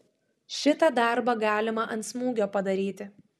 šitą darbą galima ant smūgio padaryti